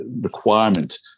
requirement